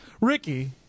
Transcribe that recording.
Ricky